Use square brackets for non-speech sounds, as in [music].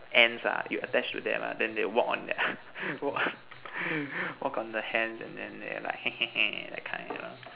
ants ah you attach to them ah then they walk on the [noise] walk on the hands and then they like [noise] that kind you know